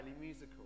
musical